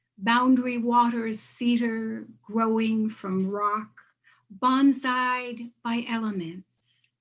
boundary waters cedar growing from rock bonsaied by elements,